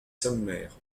sommaire